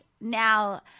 now